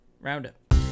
Roundup